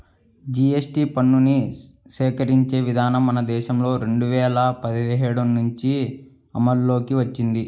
GST పన్నుని సేకరించే విధానం మన దేశంలో రెండు వేల పదిహేడు నుంచి అమల్లోకి వచ్చింది